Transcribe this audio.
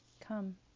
Come